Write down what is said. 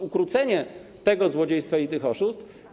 Ukrócenie tego złodziejstwa i tych oszustw.